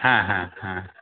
হ্যাঁ হ্যাঁ হ্যাঁ